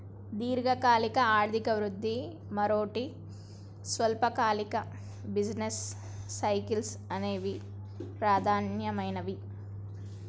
దీర్ఘకాలిక ఆర్థిక వృద్ధి, మరోటి స్వల్పకాలిక బిజినెస్ సైకిల్స్ అనేవి ప్రధానమైనవి